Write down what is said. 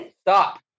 Stop